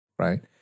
right